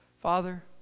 Father